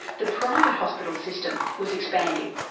the private hospital system was expanding.